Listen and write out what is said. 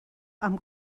amb